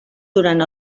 durant